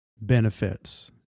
benefits